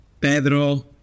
Pedro